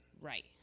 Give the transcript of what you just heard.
right